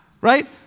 Right